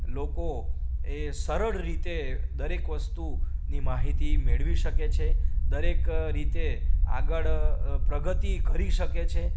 લોકો એ સરળ રીતે દરેક વસ્તુ ની માહિતી મેળવી શકે છે દરેક રીતે આગળ પ્રગતિ કરી શકે છે